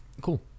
Cool